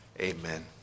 Amen